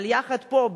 אבל יחד פה,